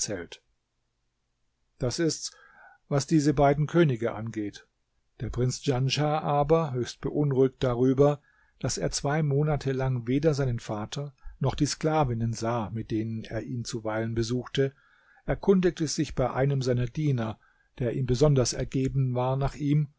das ist's was die beiden könige angeht der prinz djanschah aber höchst beunruhigt darüber daß er zwei monate lang weder seinen vater noch die sklavinnen sah mit denen er ihn zuweilen besuchte erkundigte sich bei einem seiner diener der ihm besonders ergeben war nach ihm